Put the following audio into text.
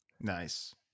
Nice